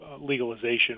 legalization